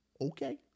okay